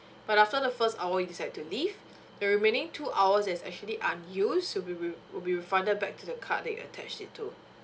but after the first hour you decide to leave the remaining two hours is actually unused will be re~ will be refunded back to the card that you attach it to